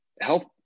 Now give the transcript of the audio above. health